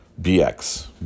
BX